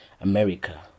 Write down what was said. America